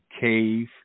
cave